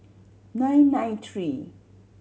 nine nine three